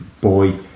boy